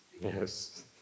Yes